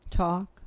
talk